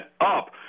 Up